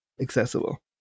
accessible